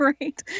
Right